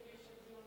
אדוני השר,